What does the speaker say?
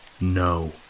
No